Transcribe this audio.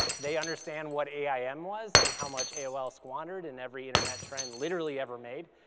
they understand what aim was and how much aol squandered and every internet trend literally ever made,